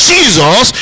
Jesus